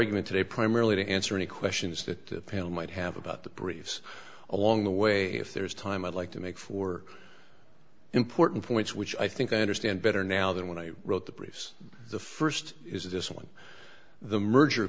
argument today primarily to answer any questions that people might have about the briefs along the way if there's time i'd like to make for important points which i think i understand better now than when i wrote the briefs the st is this one the merger